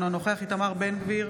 אינו נוכח איתמר בן גביר,